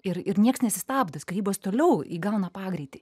ir ir nieks nesistabdo skyrybos toliau įgauna pagreitį